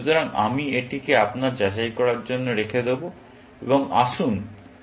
সুতরাং আমি এটিকে আপনার যাচাই করার জন্য রেখে দেব এবং আসুন আমরা এটি এবং এটিকে দেখি